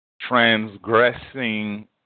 transgressing